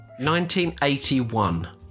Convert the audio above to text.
1981